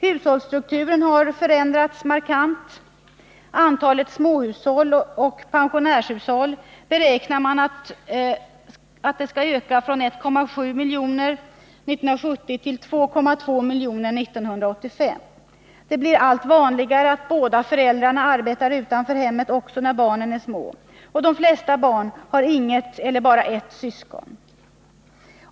Hushållsstrukturen har förändrats markant. Antalet småhushåll och pensionärshushåll beräknas öka från 1,7 miljoner år 1970 till 2,2 miljoner år 1985. Det blir allt vanligare att båda föräldrarna arbetar utanför hemmet också när barnen är små. De flesta barn har inget eller ett syskon.